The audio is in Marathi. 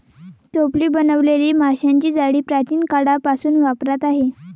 टोपली बनवलेली माशांची जाळी प्राचीन काळापासून वापरात आहे